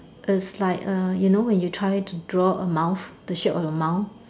it's like err you know when you try to draw a mouth the shape of the mouth